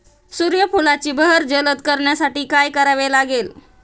सूर्यफुलाची बहर जलद करण्यासाठी काय करावे लागेल?